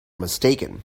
mistaken